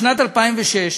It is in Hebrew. בשנת 2006,